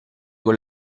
con